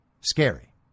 scary